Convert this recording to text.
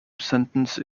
sentence